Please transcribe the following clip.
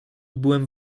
byłem